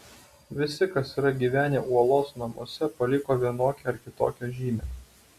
visi kas yra gyvenę uolos namuose paliko vienokią ar kitokią žymę